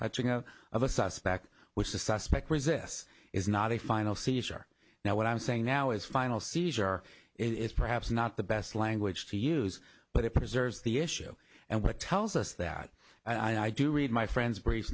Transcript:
touching of of a suspect which the suspect resists is not a final seizure now what i'm saying now is final seizure is perhaps not the best language to use but it preserves the issue and what tells us that i do read my friend's brief